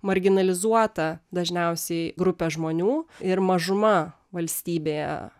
marginalizuota dažniausiai grupė žmonių ir mažuma valstybėje